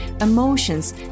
emotions